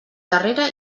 darrere